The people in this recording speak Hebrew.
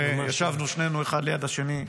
ישבנו שנינו אחד ליד השני.